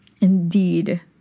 Indeed